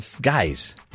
guys